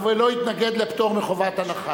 ולא אתנגד לפטור מחובת הנחה.